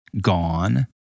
gone